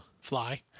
Fly